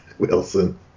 Wilson